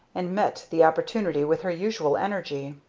and met the opportunity with her usual energy.